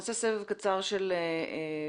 נעשה סבב קצר של התייחסויות.